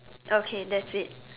okay that's it